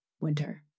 winter